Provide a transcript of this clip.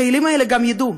החיילים האלה גם ידעו,